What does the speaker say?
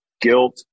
guilt